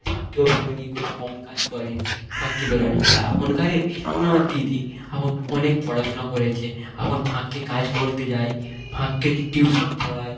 ফাক্কে বেরোয় নি খুব কম কাজ করে ফাক্কে বেরোয় না আর এখনকার যেমন আমার দিদি এখন অনেক পড়াশোনা করেছে এখন ফাক্কে কাজ করতে যায় ফাক্কে টিউশন পড়ায়